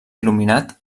il·luminat